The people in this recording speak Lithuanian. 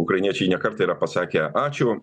ukrainiečiai ne kartą yra pasakę ačiū